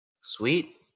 Sweet